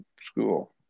school